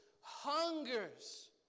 Hungers